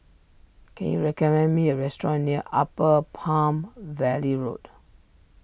can you recommend me a restaurant near Upper Palm Valley Road